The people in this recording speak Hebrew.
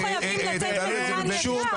לא חייבים לתת מזומן ישר.